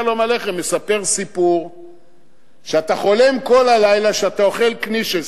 שלום עליכם מספר סיפור שאתה חולם כל הלילה שאתה אוכל קנישס.